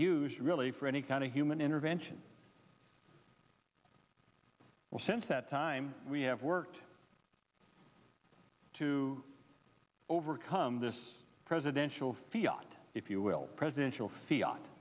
used really for any kind of human intervention well since that time we have worked to overcome this presidential field if you will presidential fee o